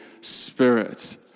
Spirit